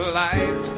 life